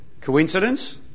Coincidence